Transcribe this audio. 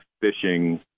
fishing